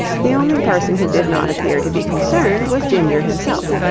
the only person who did not appear to be concerned was ginger himself.